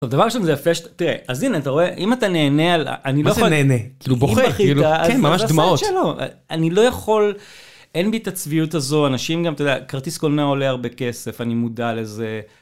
דבר ראשון זה יפה שתראה אז הנה אתה רואה. אם אתה נהנה עלה אני לא יכול. מה זה נהנה? כאילו בוכה כאילו ממש דמעות שלו אני לא יכול. אין בי את הצביעות הזו. אנשים גם אתה יודע, כרטיס קולנוע עולה הרבה כסף אני מודע לזה.